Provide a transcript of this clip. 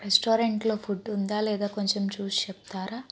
రెస్టారెంట్లో ఫుడ్ ఉందా లేదా కొంచెం చూసి చెప్తారా